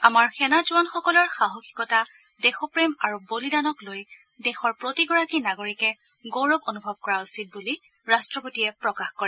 আমাৰ সেনা জোৱানসকলৰ সাহসিকতা দেশপ্ৰেম আৰু বলিদানক লৈ দেশৰ প্ৰতিগৰাকী নাগৰিকে গৌৰৱ অনুভব কৰা উচিত বুলি ৰট্টপতিয়ে প্ৰকাশ কৰে